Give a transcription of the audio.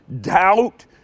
doubt